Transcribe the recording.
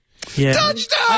Touchdown